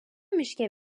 miške